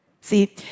See